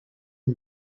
the